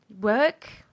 work